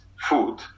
food